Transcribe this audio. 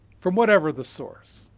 from whatever the source.